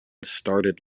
started